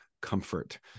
comfort